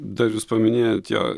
dar jūs paminėjot jo